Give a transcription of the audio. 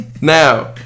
Now